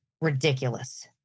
ridiculous